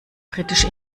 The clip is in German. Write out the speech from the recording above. britisch